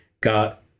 got